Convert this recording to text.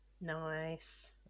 Nice